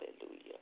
Hallelujah